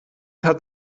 hat